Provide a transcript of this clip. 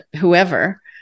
whoever